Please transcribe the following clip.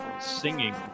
singing